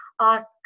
Ask